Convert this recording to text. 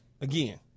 Again